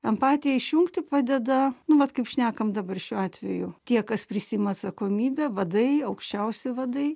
empatiją išjungti padeda nu vat kaip šnekam dabar šiuo atveju tie kas prisiima atsakomybę vadai aukščiausi vadai